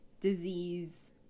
disease